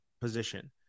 position